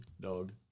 dog